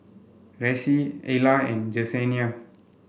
Reece Ella and Jesenia